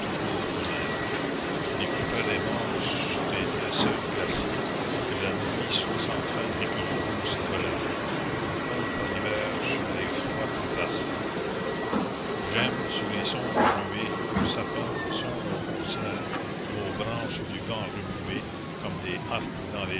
neige on est plus près des morts sous tes linceuls glacés que la nuit soit sans fin et que le jour s'abrège on compte par hivers sur les froids trépassés j'aime sous les sombres nuées o sapins vos sombres concerts la commune vos branches du vent remuées comme des harpes dans